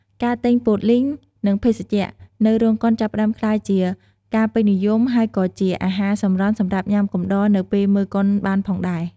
ការទិញ ពោតលីង និងភេសជ្ជៈ នៅរោងកុនចាប់ផ្ដើមក្លាយជាការពេញនិយមហើយក៏ជាអាហារសម្រន់សម្រាប់ញាំកំដរនៅពេលមើលកុនបានផងដែរ។